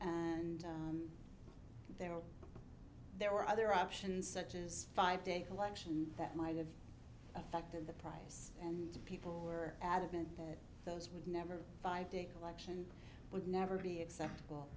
and they were there were other options such as five day collection that might have affected the price and people were adamant that those would never five day collection would never be acceptable